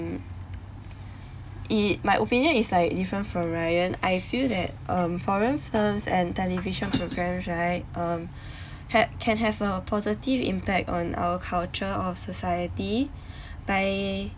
my opinion is like different from ryan I feel that foreign films and television programmes right um have can have a positive impact on our culture or society by